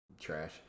trash